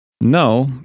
No